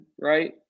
right